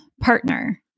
partner